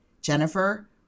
Jennifer